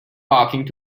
walking